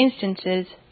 instances